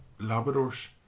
Labradors